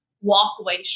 walkway